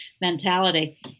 mentality